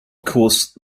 course